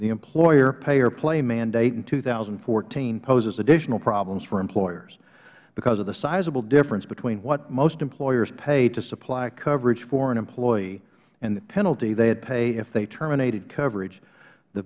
the employer pay or play mandate in two thousand and fourteen poses additional problems for employers because of the sizeable difference between what most employers pay to supply coverage for an employee and the penalty they would pay if they terminated coverage the